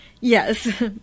Yes